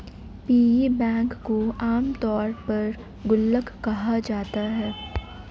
piggy bank को आमतौर पर गुल्लक कहा जाता है